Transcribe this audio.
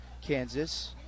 Kansas